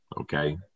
okay